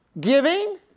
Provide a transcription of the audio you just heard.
giving